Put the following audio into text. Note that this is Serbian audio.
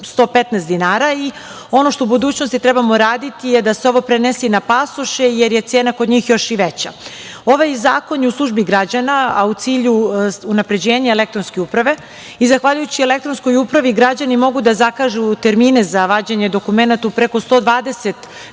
1.115 dinara. Ono što u budućnosti treba da uradimo jeste da se ovo prenese i na pasoše, jer je cena kod njih još i veća. Ovaj zakon je u službi građana, a u cilju unapređenja elektronske uprave i zahvaljujući elektronskoj upravi građani mogu da zakažu termine za vađenje dokumenata na preko 120 šaltera